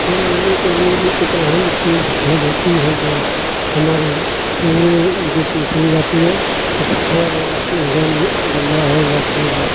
کھیل لوگوں کے لیے بھی ایک اہم چیز کھیل ہوتی ہے جو ہمارے پورے دیش میں کھیلی جاتی ہے فٹ بال ہو یا پھر گیند بلا ہو یا پھر